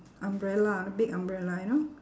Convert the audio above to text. umbrella big umbrella you know